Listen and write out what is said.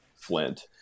flint